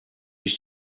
ich